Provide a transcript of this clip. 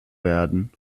werden